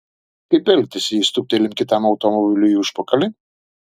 kaip elgtis jei stuktelim kitam automobiliui į užpakalį